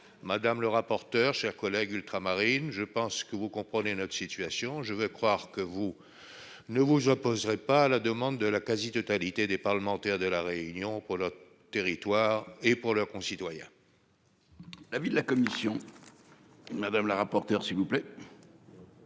Madame le rapporteur, chère collègue ultramarine, je pense que vous comprenez notre situation. Je veux croire que vous ne vous opposerez pas à la demande de la quasi-totalité des parlementaires de La Réunion, pour leur territoire et leurs concitoyens. Quel est l'avis de la commission ? Le présent amendement